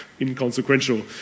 inconsequential